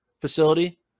facility